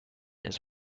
his